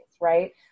right